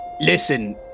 listen